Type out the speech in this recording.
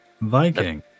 Viking